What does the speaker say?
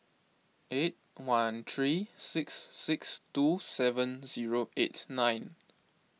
eight one three six six two seven zero eight nine